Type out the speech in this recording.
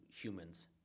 humans